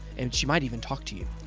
and she might even talk to you.